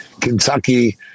Kentucky